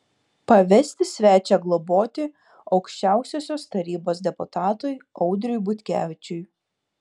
pavesti svečią globoti aukščiausiosios tarybos deputatui audriui butkevičiui